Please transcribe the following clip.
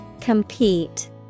Compete